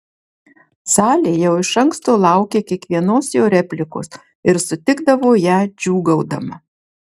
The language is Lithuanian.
salė jau iš anksto laukė kiekvienos jo replikos ir sutikdavo ją džiūgaudama